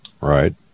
Right